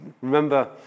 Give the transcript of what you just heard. remember